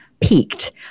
Peaked